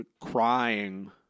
crying